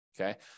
Okay